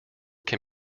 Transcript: can